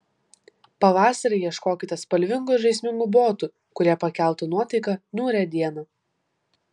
pavasarį ieškokite spalvingų ir žaismingų botų kurie pakeltų nuotaiką niūrią dieną